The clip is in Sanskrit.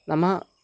नाम